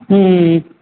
ம் ம் ம்